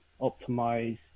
optimize